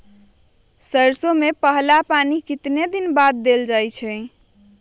सरसों में पहला पानी कितने दिन बाद है?